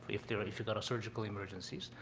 if there if you got a surgical emergencies.